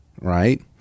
right